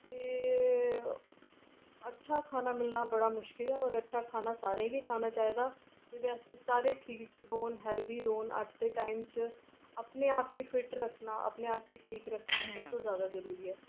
ते अच्छा मिलना बहुत मुश्किल ऐ होर अच्छा खाना सारें गी खाना चाहिदा ओह्दे आस्तै सारे ठीक रौह्न हैल्दी रौह्न अज्ज दे टाईम च अपने आप गी फिट रक्खना अपने आप गी ठीक रखना सब तों ज़्यादा जरूरी ऐ